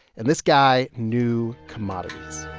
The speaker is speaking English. and this guy knew commodities